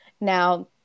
Now